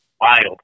wild